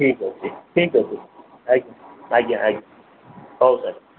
ଠିକ୍ ଅଛି ଠିକ୍ ଅଛି ଆଜ୍ଞା ଆଜ୍ଞା ଆଜ୍ଞା ହଉ ତାହାଲେ